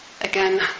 again